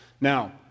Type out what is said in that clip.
Now